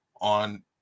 on